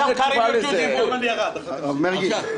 הרב מרגי,